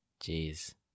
Jeez